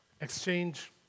Exchange